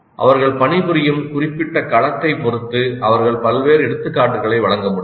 அவர்கள் பணிபுரியும் குறிப்பிட்ட களத்தைப் பொறுத்து அவர்கள் பல்வேறு எடுத்துக்காட்டுகளை வழங்க முடியும்